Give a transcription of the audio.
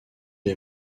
est